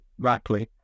Rackley